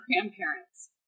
grandparents